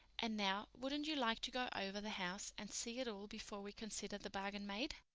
and now, wouldn't you like to go over the house and see it all before we consider the bargain made?